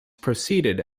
proceeded